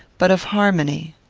but of harmony.